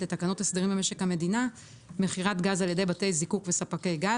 לתקנות הסדרים במשק המדינה (מכירת גז על ידי בתי זיקוק וספקי גז),